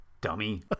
dummy